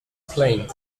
plain